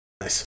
Nice